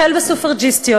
החל בסופרג'יסטיות,